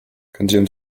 könnten